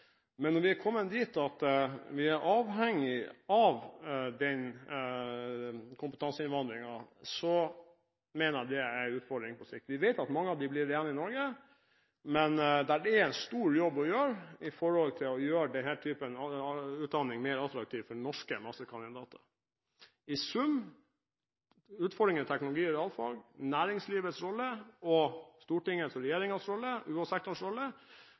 men når vi har kommet dit at vi er avhengige av den kompetanseinnvandringen, mener jeg det er en utfordring på sikt. Vi vet at mange av dem blir igjen i Norge, men det er en stor jobb å gjøre når det gjelder å gjøre denne typen utdanning mer attraktiv for norske masterkandidater. I sum, når det gjelder utfordringene knyttet til teknologi og realfag, næringslivets rolle, Stortinget og regjeringens rolle og UH-sektorens rolle, mener jeg at forslagsstillerne har helt rett, og